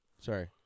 Sorry